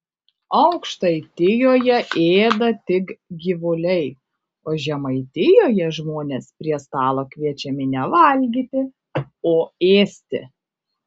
aukštaitijoje ėda tik gyvuliai o žemaitijoje žmonės prie stalo kviečiami ne valgyti o ėsti